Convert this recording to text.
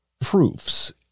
proofs